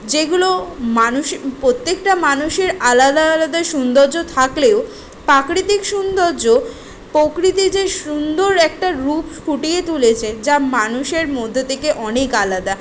যেগুলো মানুষে প্রত্যেকটা মানুষের আলাদা আলাদা সৌন্দর্য থাকলেও প্রাকৃতিক সৌন্দর্য প্রকৃতি যে সুন্দর একটা রূপ ফুটিয়ে তুলেছে যা মানুষের মধ্যে থেকে অনেক আলাদা